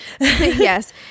Yes